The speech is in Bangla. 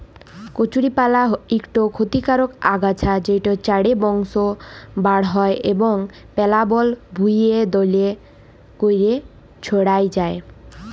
কচুরিপালা ইকট খতিকারক আগাছা যেট চাঁড়ে বংশ বাঢ়হায় এবং পেলাবল ভুঁইয়ে দ্যমে ক্যইরে ছইড়াই যায়